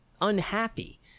unhappy